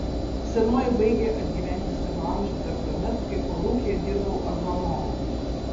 senoji baigė atgyventi savo amžių dar tuomet kai kolūkyje dirbau agronomu